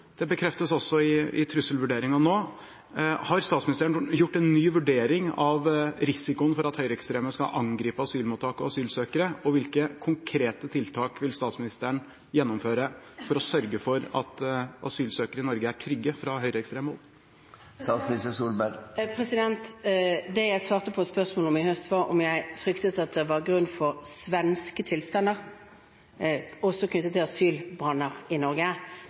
Det bekreftes også i trusselvurderingen nå. Har statsministeren gjort en ny vurdering av risikoen for at høyreekstreme skal angripe asylmottak og asylsøkere? Hvilke konkrete tiltak vil statsministeren gjennomføre for å trygge asylsøkere i Norge mot høyreekstrem vold? Det jeg svarte på spørsmål om i høst, var om jeg fryktet svenske tilstander, også knyttet til asylbranner, i Norge.